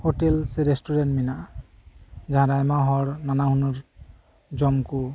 hotel ᱥᱮ restaurant ᱢᱮᱱᱟᱜᱼᱟ ᱡᱟᱦᱟᱸ ᱨᱮ ᱟᱭᱢᱟᱦᱚᱲ ᱱᱟᱱᱟ ᱦᱩᱱᱟᱹᱨ ᱡᱚᱢᱠᱩ